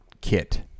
kit